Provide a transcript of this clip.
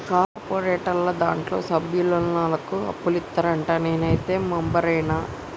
కా కార్పోరేటోళ్లు దాంట్ల సభ్యులైనోళ్లకే అప్పులిత్తరంట, నేనైతే మెంబరైన